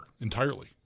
entirely